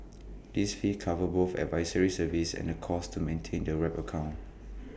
this fee covers both advisory services and the costs to maintain the wrap account